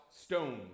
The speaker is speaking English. stones